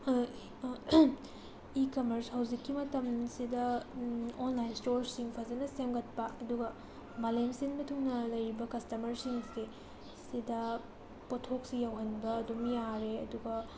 E commerce ꯍꯧꯖꯤꯛꯀꯤ ꯃꯇꯝꯁꯤꯗ online ꯏꯁꯇꯣꯔꯁꯤꯡ ꯐꯖꯅ ꯁꯦꯝꯒꯠꯄ ꯑꯗꯨꯒ ꯃꯥꯂꯦꯝ ꯁꯤꯟꯕ ꯊꯨꯡꯅ ꯂꯩꯔꯤꯕ ꯀꯁꯇꯃꯔꯁꯤꯡꯁꯦ ꯁꯤꯗ ꯄꯣꯠꯊꯣꯛꯁꯤ ꯌꯧꯍꯟꯕ ꯑꯗꯨꯝ ꯌꯥꯔꯦ ꯑꯗꯨꯒ